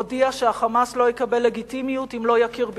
הודיע שה"חמאס" לא יקבל לגיטימיות אם לא יכיר בישראל,